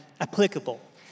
applicable